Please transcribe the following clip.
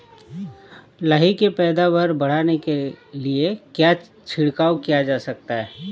लाही की पैदावार बढ़ाने के लिए क्या छिड़काव किया जा सकता है?